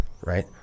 right